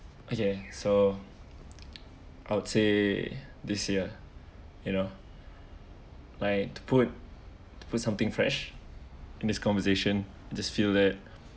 okay so I would say this year you know like to put put something fresh in this conversation just feel that um